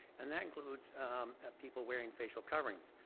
and that includes people wearing patient coverings.